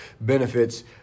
benefits